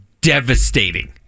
devastating